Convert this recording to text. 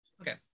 Okay